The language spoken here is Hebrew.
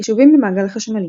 חישובים במעגל חשמלי